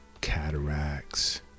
cataracts